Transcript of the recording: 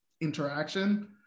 interaction